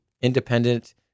independent